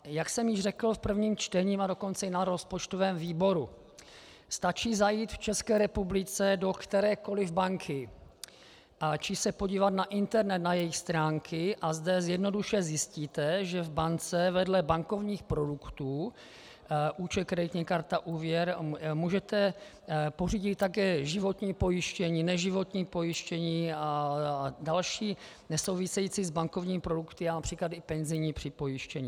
Jak jsem již řekl v prvním čtení a dokonce na rozpočtovém výboru, stačí zajít v České republice do kterékoliv banky či se podívat na internetu na jejich stránky a zde zjednodušeně zjistíte, že v bance vedle bankovních produktů účet, kreditní karta, úvěr můžete pořídit také životní pojištění, neživotní pojištění a další produkty nesouvisející s bankovními, například i penzijní připojištění.